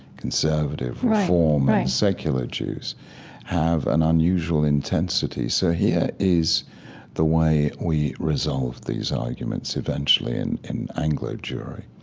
conservative, reform, or secular jews have an unusual intensity. so here is the way we resolve these arguments eventually in in anglo-jewry.